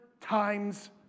times